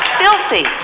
filthy